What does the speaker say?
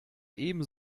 eben